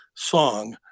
Song